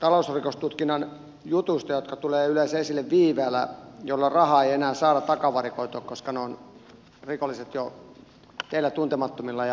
talousrikostutkinnan jutuista jotka tulevat yleensä esille viiveellä jolloin rahaa ei enää saada takavarikoitua koska rikolliset ovat jo teillä tuntemattomilla tai ei ainakaan rahaa ole